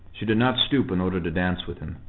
she did not stoop in order to dance with him,